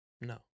No